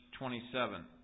27